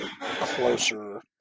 closer